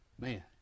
man